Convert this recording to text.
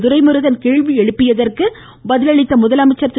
துரைமுருகன் கேள்வி எழுப்பியதற்கு பதில் அளித்த முதலமைச்சர் திரு